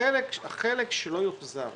החלק שלא יוחזר,